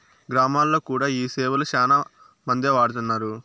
గ్రామాల్లో కూడా ఈ సేవలు శ్యానా మందే వాడుతున్నారు